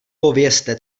povězte